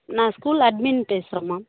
நான் school admin பேசுறேம்மா